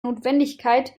notwendigkeit